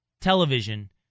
television